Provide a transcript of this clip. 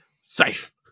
Safe